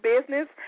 business